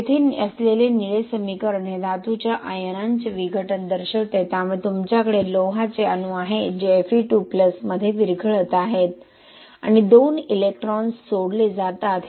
तेथे असलेले निळे समीकरण हे धातूच्या आयनांचे विघटन दर्शविते त्यामुळे तुमच्याकडे लोहाचे अणू आहेत जे Fe2 मध्ये विरघळत आहेत आणि 2 इलेक्ट्रॉन सोडले जातात